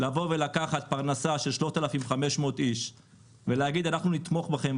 לבוא ולקחת פרנסה של 3,500 להגיד להם "אנחנו נתמוך בכם",